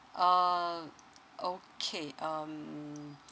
uh okay um